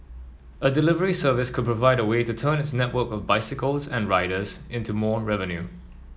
a delivery service could provide a way to turn its network of bicycles and riders into more revenue